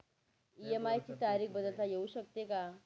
EMI ची तारीख बदलता येऊ शकते का?